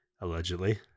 Allegedly